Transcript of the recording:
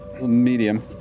Medium